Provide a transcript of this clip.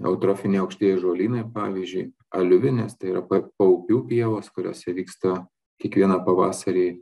eutrofiniai aukštieji žolynai pavyzdžiui aliuvinės tai yra paupių pievos kuriose vyksta kiekvieną pavasarį